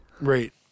Right